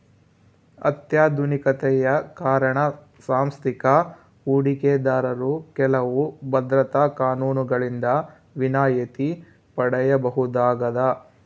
ಅತ್ಯಾಧುನಿಕತೆಯ ಕಾರಣ ಸಾಂಸ್ಥಿಕ ಹೂಡಿಕೆದಾರರು ಕೆಲವು ಭದ್ರತಾ ಕಾನೂನುಗಳಿಂದ ವಿನಾಯಿತಿ ಪಡೆಯಬಹುದಾಗದ